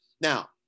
now